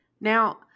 Now